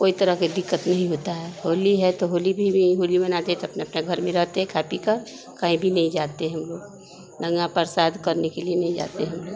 कोई तरह का दिक्कत नहीं होता है होली है तो होली भी वही होली मनाते हैं तो अपने अपने घर में रहते हैं खा पीकर कहीं भी नहीं जाते हम लोग नंगा प्रसाद करने के लिए नहीं जाते हैं हम लोग